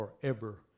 forever